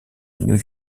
new